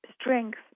strength